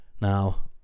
Now